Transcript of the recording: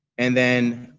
and then,